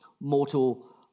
mortal